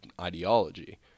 ideology